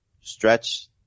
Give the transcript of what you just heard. stretch